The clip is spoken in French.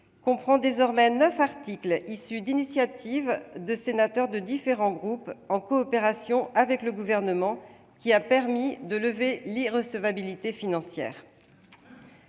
comprend désormais neuf articles, issus d'initiatives de sénateurs de différents groupes, en coopération avec le Gouvernement, lequel a pu lever l'irrecevabilité financière.